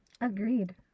Agreed